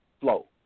flow